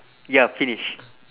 ya finish